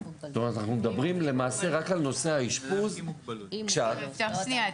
זאת אומרת אנחנו מדברים רק על נושא האשפוז --- בן אדם עם